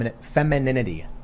femininity